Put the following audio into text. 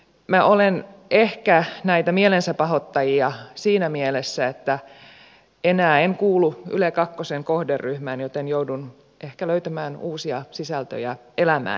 minä olen ehkä näitä mielensäpahoittajia siinä mielessä että enää en kuulu ylen kakkosen kohderyhmään joten joudun ehkä löytämään uusia sisältöjä elämääni